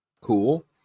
cool